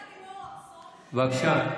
בבקשה.